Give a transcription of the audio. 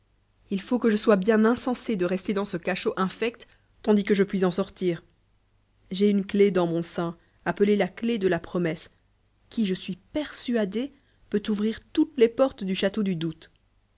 il faut que je sois bien insensé de rester dans ce cachot infect tandis que je puis en sortir j'ai une clef dans mon sein appelée la clef de la pronxesse qui je suis persuadé peut ouvrir toutes les portes du château du doute